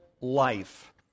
life